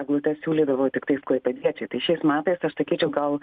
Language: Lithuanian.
eglutes siūlydavo tiktais klaipėdiečiai tai šiais metais aš sakyčiau gal